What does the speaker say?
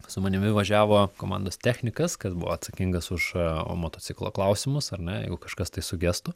su manimi važiavo komandos technikas kas buvo atsakingas už o motociklo klausimus ar ne jeigu kažkas tai sugestų